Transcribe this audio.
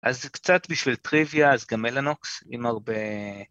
אז זה קצת בשביל טריוויה, אז גם mellanox עם הרבה...